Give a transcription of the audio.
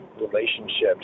relationships